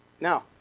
Now